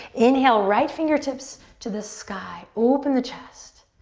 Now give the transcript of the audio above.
inhale, right fingertips to the sky, open the chest.